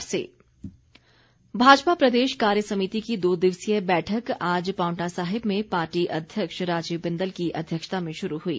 भाजपा भाजपा प्रदेश कार्यसमिति की दो दिवसीय बैठक आज पांवटा साहिब में पार्टी अध्यक्ष राजीव बिंदल की अध्यक्षता में शुरू हुई